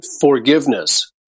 Forgiveness